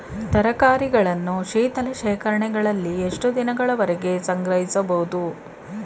ತರಕಾರಿಗಳನ್ನು ಶೀತಲ ಶೇಖರಣೆಗಳಲ್ಲಿ ಎಷ್ಟು ದಿನಗಳವರೆಗೆ ಸಂಗ್ರಹಿಸಬಹುದು?